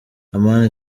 amani